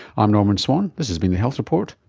i'm norman swan, this has been the health report,